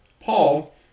Paul